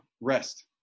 rest